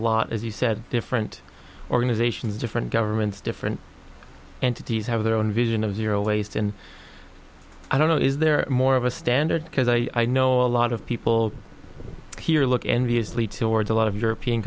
lot as you said different organizations different governments different entities have their own vision of zero waste and i don't know is there more of a standard because i know a lot of people here look enviously towards a lot of european